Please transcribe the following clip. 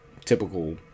typical